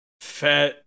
fat